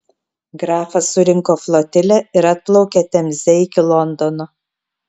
grafas surinko flotilę ir atplaukė temze iki londono